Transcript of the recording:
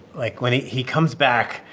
like when he he comes back,